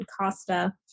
Costa